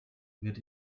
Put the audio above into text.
wird